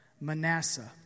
Manasseh